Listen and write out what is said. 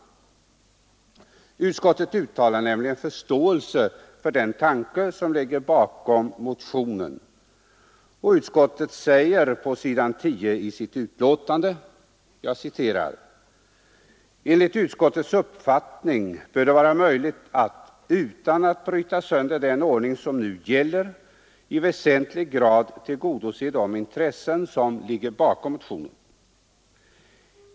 Utskottet uttalar förståelse för den tanke som ligger bakom motionen och säger på s. 10 i sitt betänkande: ”Enligt utskottets uppfattning bör det vara möjligt att, utan att bryta sönder en ordning som nu gäller, i väsentlig grad tillgodose de intressen som ligger bakom motionen.